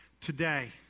Today